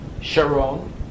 Sharon